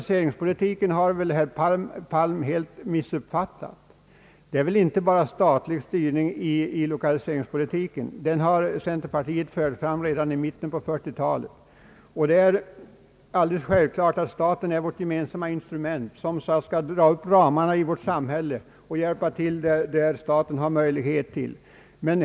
Herr Palm har tydligen helt missuppfattat. lokaliseringspolitiken, Det är väl inte bara fråga om statlig styrning när det gäller lokaliseringspolitiken. Centerpartiet förde fram lokaliseringspolitiken redan i mitten av 1940-talet. Det är givetvis självklart att staten är vårt gemensamma instrument, som skall dra upp ramarna i vårt samhälle och hjälpa till på de områden där staten har möjlighet därtill.